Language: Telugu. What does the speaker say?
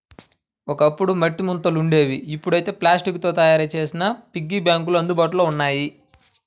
ఒకప్పుడు మట్టి ముంతలు ఉండేవి ఇప్పుడైతే ప్లాస్టిక్ తో తయ్యారు చేసిన పిగ్గీ బ్యాంకులు అందుబాటులో ఉన్నాయి